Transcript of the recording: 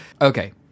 Okay